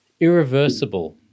Irreversible